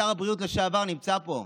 שר הבריאות לשעבר נמצא פה,